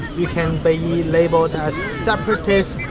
you can be labeled as separatists,